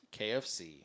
kfc